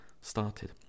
started